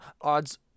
odds